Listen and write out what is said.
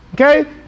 Okay